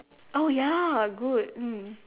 oh ya good mm